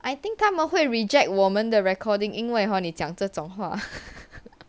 I think 他们会 reject 我们 the recording 因为 hor 你讲这种话